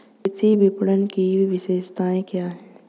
कृषि विपणन की विशेषताएं क्या हैं?